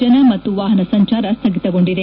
ಜನ ಮತ್ತು ವಾಹನ ಸಂಚಾರ ಸ್ವಗಿತಗೊಂಡಿದೆ